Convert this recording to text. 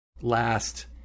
last